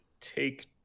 take